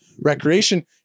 recreation